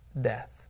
death